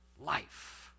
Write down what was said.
life